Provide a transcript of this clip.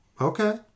Okay